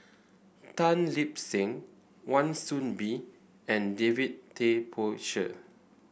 Tan Lip Seng Wan Soon Bee and David Tay Poey Cher